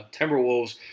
Timberwolves